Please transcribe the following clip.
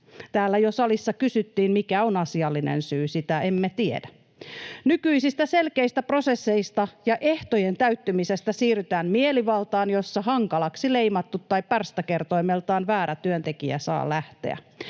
Täällä jo salissa kysyttiin, mikä on asiallinen syy. Sitä emme tiedä. Nykyisistä selkeistä prosesseista ja ehtojen täyttymisestä siirrytään mielivaltaan, ja hankalaksi leimattu tai pärstäkertoimeltaan väärä työntekijä saa lähteä.